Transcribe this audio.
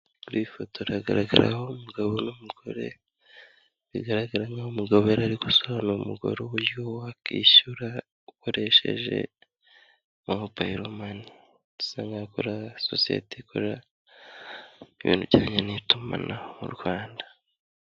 Ku ifoto haragaragaraho umugabo n'umugore, bigaragara nkaho umugabo yari ari gusobanura umugore uburyo wakishyura ukoresheje, mobayiro mani. Bisa nkaho akora sosiyete ikora ibintu bijyanye n'itumanaho mu Rwanda.